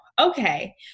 okay